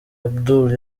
abdul